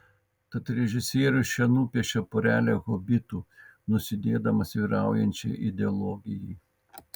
tad režisierius čia nupiešia porelę hobitų nusidėdamas vyraujančiai ideologijai